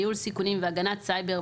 ניהול סיכונים והגנת סייבר,